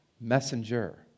messenger